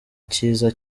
cyiza